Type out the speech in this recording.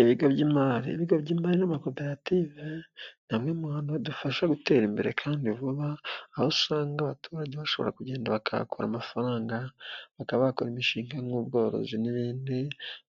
Ibigo by'imari, ibigo by'imari n'amakoperative ni amwe mu bintu bidufasha gutera imbere kandi vuba, aho usanga abaturage bashobora kugenda bakahakura amafaranga, bakaba bakora imishinga nk'ubworozi n'ibindi,